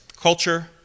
culture